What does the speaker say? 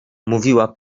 mówiła